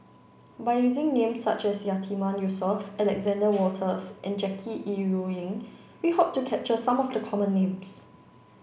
by using names such as Yatiman Yusof Alexander Wolters and Jackie Yi Ru Ying we hope to capture some of the common names